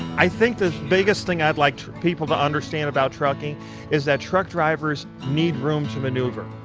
i think the biggest thing i'd like people to understand about trucking is that truck drivers need room to maneuver.